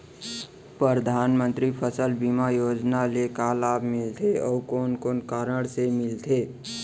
परधानमंतरी फसल बीमा योजना ले का का लाभ मिलथे अऊ कोन कोन कारण से मिलथे?